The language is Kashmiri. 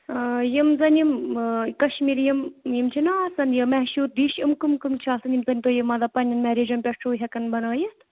یِم زَن یِم کَشمیٖر یِم یِم چھِنہ آسان یِم مشہوٗر ڈِش یِم کٕم کٕم چھِ آسان یِم زَن تُہۍ یہِ مطلب پنٛنٮ۪ن میریجَن پٮ۪ٹھ چھُ ہٮ۪کَان بَنٲیِتھ